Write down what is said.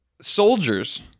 soldiers